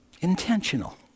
Intentional